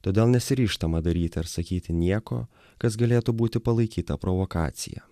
todėl nesiryžtama daryti ar sakyti nieko kas galėtų būti palaikyta provokacija